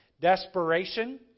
Desperation